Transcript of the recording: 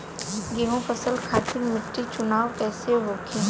गेंहू फसल खातिर मिट्टी चुनाव कईसे होखे?